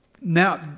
now